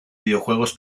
videojuegos